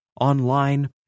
online